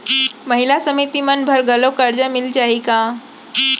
महिला समिति मन बर घलो करजा मिले जाही का?